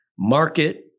market